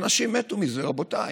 אנשים מתו מזה, רבותיי.